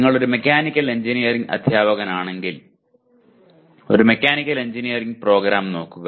നിങ്ങൾ ഒരു mechanical engineering അധ്യാപകനാണെങ്കിൽ ഒരു മെക്കാനിക്കൽ എഞ്ചിനീയറിംഗ് പ്രോഗ്രാം നോക്കുക